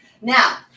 Now